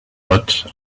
but